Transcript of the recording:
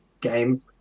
game